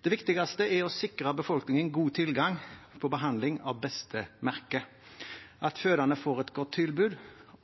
Det viktigste er å sikre befolkningen god tilgang på behandling av beste merke – at fødende får et godt tilbud,